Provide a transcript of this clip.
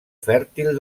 fèrtil